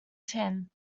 tin